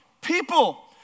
people